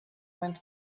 went